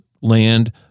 land